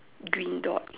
green dots